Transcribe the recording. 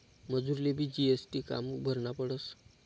मजुरलेबी जी.एस.टी कामु भरना पडस?